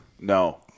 No